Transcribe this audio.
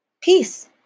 Peace